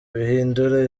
bihindura